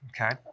okay